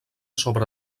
sobre